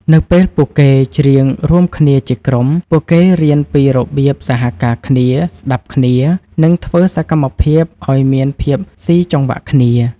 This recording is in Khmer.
នៅពេលពួកគេច្រៀងរួមគ្នាជាក្រុម ពួកគេរៀនពីរបៀបសហការគ្នា ស្ដាប់គ្នា និងធ្វើសកម្មភាពឱ្យមានភាពស៊ីចង្វាក់គ្នា